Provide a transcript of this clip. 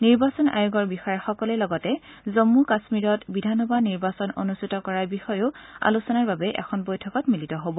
নিৰ্বাচন আয়োগৰ বিষয়াসকলে লগতে জম্মু কাশ্মীৰত বিধানসভা নিৰ্বাচন অনুষ্ঠিত কৰাৰ বিষয়েও আলোচনাৰ বাবে এখন বৈঠকত মিলিত হ'ব